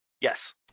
Yes